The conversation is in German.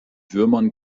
würmern